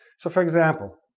so, for example,